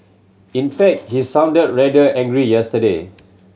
in fact he sounded rather angry yesterday